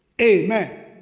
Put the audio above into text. Amen